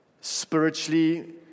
spiritually